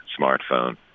smartphone